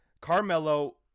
Carmelo